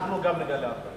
אנחנו גם נגלה אחריות.